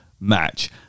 match